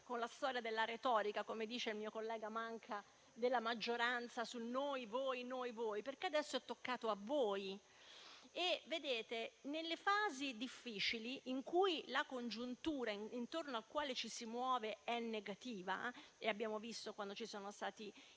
la storia della retorica - come dice il mio collega Manca - della maggioranza sul "noi" e sul "voi", perché adesso è toccato a voi. Nelle fasi difficili la congiuntura intorno alla quale ci si muove è negativa; abbiamo visto quando c'è stata